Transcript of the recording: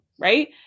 right